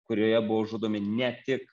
kurioje buvo žudomi ne tik